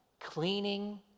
cleaning